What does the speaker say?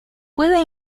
puede